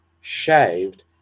shaved